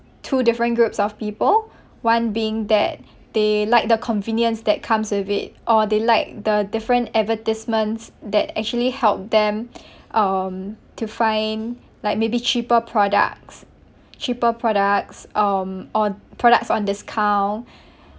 two different groups of people one being that they like the convenience that comes with it or they like the different advertisements that actually help them um to find like maybe cheaper products cheaper products um or products on discount